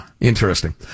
Interesting